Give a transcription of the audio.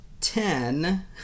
ten